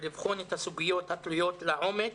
ולבחון את הסוגיות התלויות לעומק,